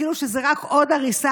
כאילו שזו רק עוד הריסה.